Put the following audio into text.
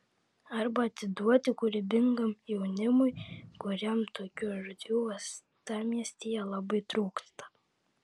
arba atiduoti kūrybingam jaunimui kuriam tokių erdvių uostamiestyje labai trūksta